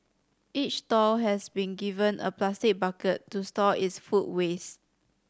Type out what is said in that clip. each stall has been given a plastic bucket to store its food waste